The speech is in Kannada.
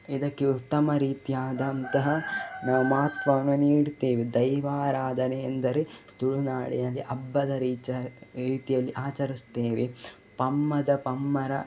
ಇದಕ್ಕೆ ಉತ್ತಮ ರೀತಿಯಾದಂತಹ ಮಹತ್ವವನ್ನು ನೀಡುತ್ತೇವೆ ದೈವಾರಾಧನೆ ಅಂದರೆ ತುಳುನಾಡಿನಲ್ಲಿ ಹಬ್ಬದ ರೀತಿ ರೀತಿಯಲ್ಲಿ ಆಚರಿಸ್ತೇವೆ ಪಮ್ಮದ ಪಮ್ಮರ